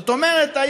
זאת אומרת,